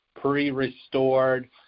pre-restored